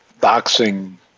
boxing